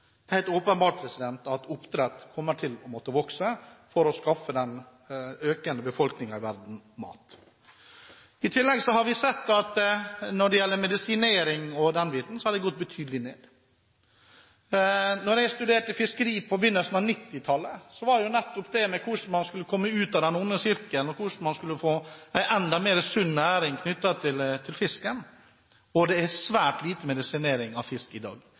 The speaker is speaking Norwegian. Det er helt åpenbart at oppdrett kommer til å måtte vokse for å skaffe den økende befolkningen i verden mat. Når det gjelder medisinering og den biten, har vi sett at det har gått betydelig ned. Da jeg studerte fiskeri på begynnelsen av 1990-tallet, var vi nettopp opptatt av hvordan man skulle komme ut av den onde sirkelen, og hvordan man skulle få en enda mer sunn næring knyttet til fisken, og det er svært lite medisinering av fisk i dag.